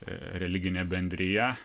religinė bendrija